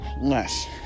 less